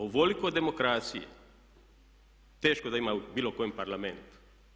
Ovoliko demokracije teško da ima u bilo kojem parlamentu.